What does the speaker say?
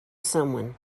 someone